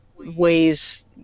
ways